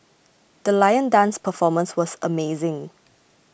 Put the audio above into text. the lion dance performance was amazing